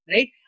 Right